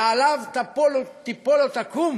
ועליו תיפול או תקום